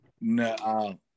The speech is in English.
No